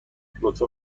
لطفا